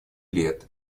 лет